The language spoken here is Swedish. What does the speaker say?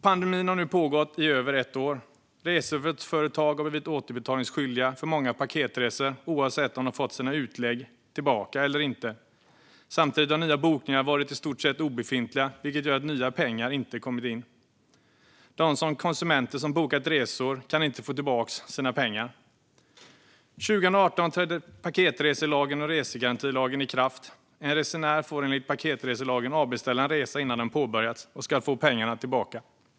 Pandemin har nu pågått i över ett år. Reseföretag har blivit återbetalningsskyldiga för många paketresor oavsett om de fått tillbaka sina utlägg eller inte. Samtidigt har nya bokningar varit i stort sett obefintliga, vilket gör att nya pengar inte kommer in. De konsumenter som bokat resor kan inte få tillbaka sina pengar. År 2018 trädde paketreselagen och resegarantilagen i kraft. En resenär får enligt paketreselagen avbeställa en resa innan den påbörjats och ska då få pengarna tillbaka.